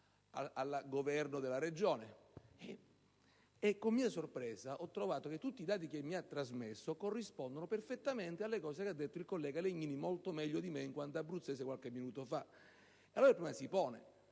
al governo della Regione. E, con mia sorpresa, ho constatato che tutti i dati che mi ha trasmesso corrispondono perfettamente a quanto detto dal collega Legnini (molto meglio di me, in quanto abruzzese) qualche minuto fa. Allora, il problema si pone